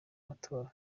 matora